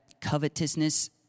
covetousness